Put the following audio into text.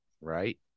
Right